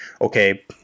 okay